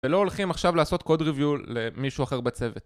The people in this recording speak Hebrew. ולא הולכים עכשיו לעשות קוד ריוויו למישהו אחר בצוות